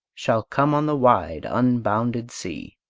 shall come on the wide, unbounded sea!